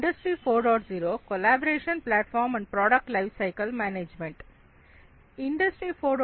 industry 4